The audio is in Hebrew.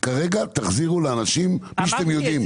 כרגע תחזירו לאנשים כפי שאתם יודעים.